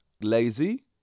lazy